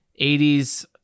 80s